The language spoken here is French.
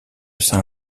saint